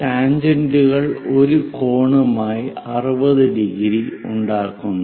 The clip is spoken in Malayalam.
ടാൻജെന്റുകൾ ഒരു കോണുമായി 60⁰ ഉണ്ടാക്കുന്നു